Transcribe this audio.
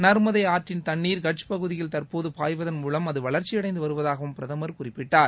நர்மதை ஆற்றின் தண்ணீர் கட்ச் பகுதியில் தற்போது பாய்வதன் மூலம் அது வளர்ச்சியடைந்து வருவதாகவும் பிரதமர் குறிப்பிட்டார்